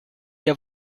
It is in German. ihr